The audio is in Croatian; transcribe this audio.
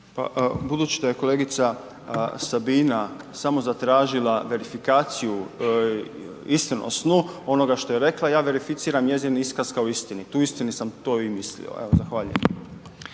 budući da je kolegica Sabina samo zatražila verifikaciju istinu o snu onoga što je rekla, ja verificiram njezin iskaz kao istinit, tu uistini sam to i mislio, evo zahvaljujem.